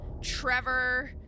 Trevor